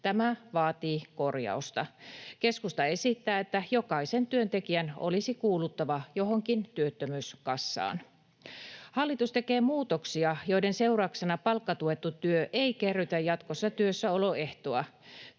Tämä vaatii korjausta. Keskusta esittää, että jokaisen työntekijän olisi kuuluttava johonkin työttömyyskassaan. Hallitus tekee muutoksia, joiden seurauksena palkkatuettu työ ei kerrytä jatkossa työssäoloehtoa.